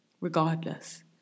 regardless